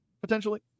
potentially